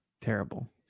Terrible